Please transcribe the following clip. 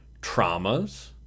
traumas